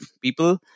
people